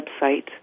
website